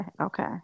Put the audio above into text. Okay